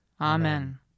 Amen